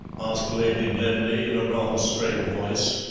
asked lady blemley in a rather strained voice.